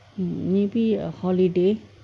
mm maybe a holiday